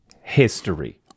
History